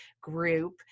group